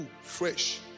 fresh